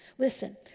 Listen